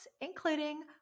including